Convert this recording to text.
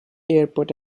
airport